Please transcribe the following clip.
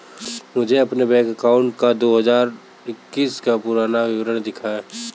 मुझे अपने bank account का दो हज़ार इक्कीस का पूरा विवरण दिखाएँ?